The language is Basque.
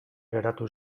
geratu